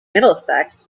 middlesex